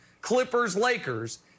Clippers-Lakers